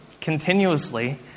continuously